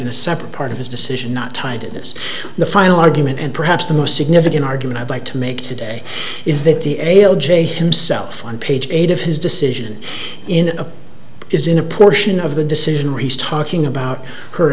in a separate part of his decision not tied to this the final argument and perhaps the most significant argument i'd like to make today is that the a l j himself on page eight of his decision in a is in a portion of the decision reached talking about her